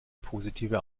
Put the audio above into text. positive